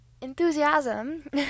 enthusiasm